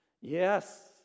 Yes